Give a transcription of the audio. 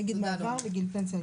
אני אגיד: מעבר לגיל פנסיה.